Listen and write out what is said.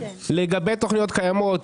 לגבי תכניות קיימות